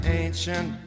ancient